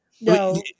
No